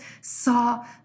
saw